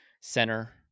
center